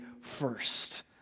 first